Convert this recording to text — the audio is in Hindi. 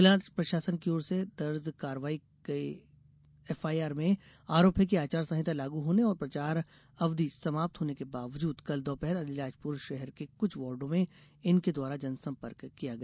जिला प्रशासन की ओर से दर्ज करवाई गई एफआईआर में आरोप है कि आचार संहिता लागू होने और प्रचार अवधि समाप्त होने के बावजूद कल दोपहर अलीराजपुर शहर के कुछ वार्डो में इनके द्वारा जनसंपर्क किया गया